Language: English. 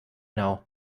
now